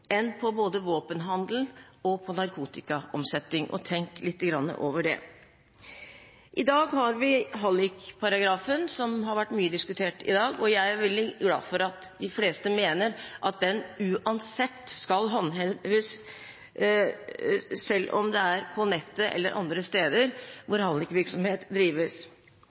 enn på både våpenhandel og narkotikaomsetning – og tenk litt over det. I dag har vi hallikparagrafen, som har vært mye diskutert i dag, og jeg er veldig glad for at de fleste mener at den uansett skal håndheves selv om det er på nettet eller andre steder hallikvirksomheten drives.